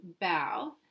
bow